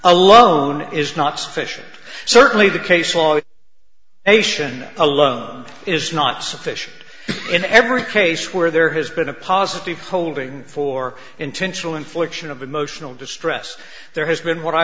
alone is not sufficient certainly the case law it ation alone is not sufficient in every case where there has been a positive holding for intentional infliction of emotional distress there has been what i